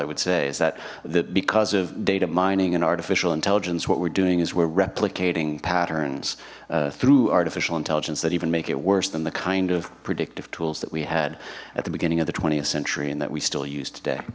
i would say is that the because of data mining and artificial intelligence what we're doing is we're replicating patterns through artificial intelligence that even make it worse than the kind of predictive tools that we had at the beginning of the th century and that we still use today